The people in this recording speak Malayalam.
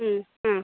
ആ